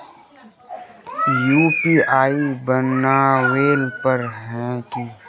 UPI बनावेल पर है की?